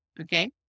okay